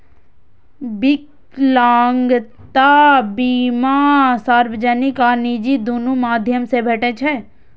विकलांगता बीमा सार्वजनिक आ निजी, दुनू माध्यम सं भेटै छै